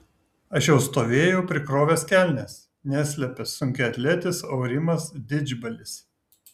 aš jau stovėjau prikrovęs kelnes neslepia sunkiaatletis aurimas didžbalis